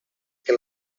que